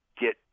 get